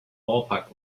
ballpark